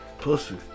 Pussy